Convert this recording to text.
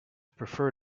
prefer